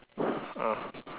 ah